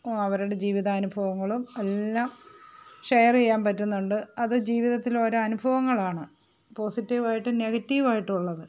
അവരുടെ ജീവിതാനുഭവങ്ങളും എല്ലാം ഷെയറ് ചെയ്യാന് പറ്റുന്നുണ്ട് അത് ജീവിതത്തിലെ ഓരോ അനുഭവങ്ങളാണ് പോസിറ്റിവായിട്ടും നെഗറ്റിവായിട്ടും ഉള്ളത്